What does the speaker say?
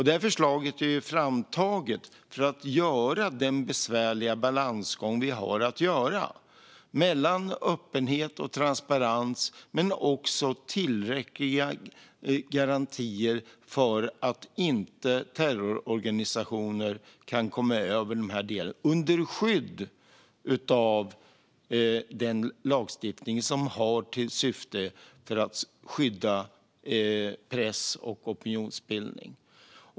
Det här förslaget är framtaget för att göra den besvärliga balansgång vi har att göra vad gäller öppenhet och transparens och också ge tillräckliga garantier för att inte terrororganisationer kan komma över information under skydd av den lagstiftning som har till syfte att skydda press och opinionsbildning.